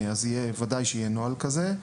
בהקשר הזה, אז ודאי שיהיה נוהל כזה.